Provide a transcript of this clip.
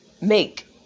Make